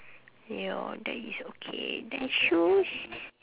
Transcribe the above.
ya that is okay then shoes